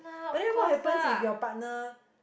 but then what happens if your partner